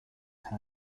town